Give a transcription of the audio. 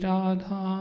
Radha